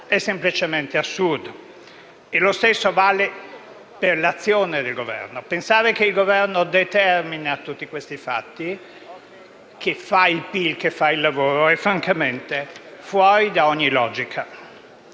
è semplicemente assurda. Inoltre, lo stesso vale per l'azione del Governo: pensare che il Governo determini tutti questi fatti, come il PIL o il lavoro, è francamente fuori da ogni logica.